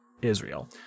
Israel